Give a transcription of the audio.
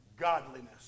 godliness